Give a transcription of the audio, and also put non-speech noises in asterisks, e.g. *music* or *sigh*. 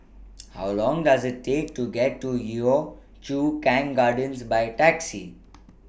*noise* How Long Does IT Take to get to Yio Chu Kang Gardens By Taxi